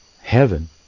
heaven